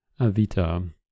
Avita